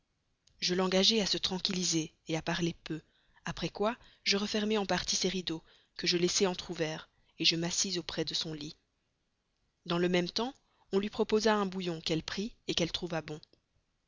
je l'engageai à se tranquilliser à parler peu après quoi je refermai en partie ses rideaux que je laissai seulement entr'ouverts je m'assis auprès de son lit dans le même temps on lui proposa un bouillon qu'elle prit qu'elle trouva bon